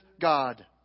God